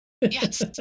Yes